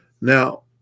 Now